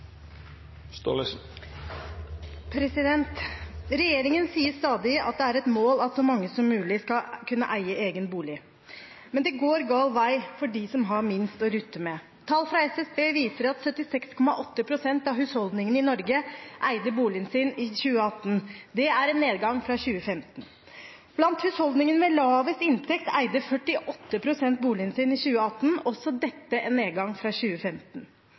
replikkordskifte. Regjeringen sier stadig at det er et mål at så mange som mulig skal kunne eie egen bolig, men det går gal vei for dem som har minst å rutte med. Tall fra SSB viser at 76,8 pst. av husholdningene i Norge eide boligen sin i 2018. Det er en nedgang fra 2015. Blant husholdningene med lavest inntekt eide 48 pst. boligen sin i 2018, også dette en nedgang fra 2015.